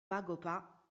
pagopa